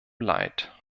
leid